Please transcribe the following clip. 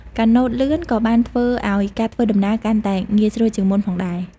កាណូតលឿនក៏បានធ្វើឲ្យការធ្វើដំណើរកាន់តែងាយស្រួលជាងមុនផងដែរ។